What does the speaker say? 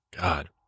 God